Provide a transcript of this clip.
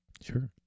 Sure